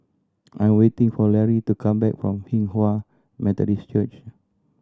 I am waiting for Lary to come back from Hinghwa Methodist Church